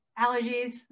allergies